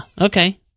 okay